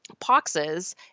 poxes